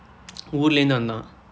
ஊரிலிருந்து வந்தான்:uurilirundthu vanthaan